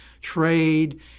trade